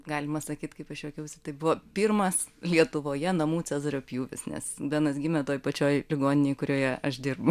galima sakyt kaip aš juokiausi tai buvo pirmas lietuvoje namų cezario pjūvis nes benas gimė toj pačioj ligoninėj kurioje aš dirbu